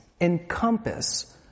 encompass